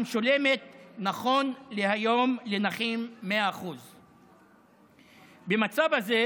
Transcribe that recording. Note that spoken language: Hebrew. המשולמת נכון להיום לנכים 100%. במצב הזה,